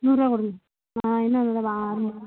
நூறுரூவா கொடுங்க இன்னோரு தடவை